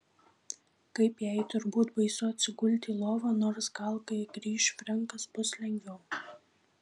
kaip jai turbūt baisu atsigulti į lovą nors gal kai grįš frenkas bus lengviau